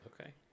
Okay